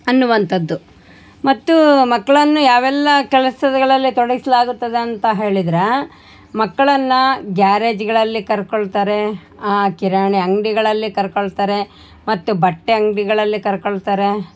ಅನ್ನುವಂಥದ್ದು ಮತ್ತು ಮಕ್ಕಳನ್ನು ಯಾವೆಲ್ಲ ಕೆಲಸಗಳಲ್ಲಿ ತೊಡಗಿಸಲಾಗುತ್ತದೆ ಅಂತ ಹೇಳಿದರೆ ಮಕ್ಳನ್ನು ಗ್ಯಾರೇಜ್ಗಳಲ್ಲಿ ಕರ್ಕೊಳ್ತಾರೆ ಕಿರಾಣೆ ಅಂಗಡಿಗಳಲ್ಲಿ ಕರ್ಕೊಳ್ತಾರೆ ಮತ್ತು ಬಟ್ಟೆ ಅಂಗಡಿಗಳಲ್ಲಿ ಕರ್ಕೊಳ್ತಾರೆ